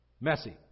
messy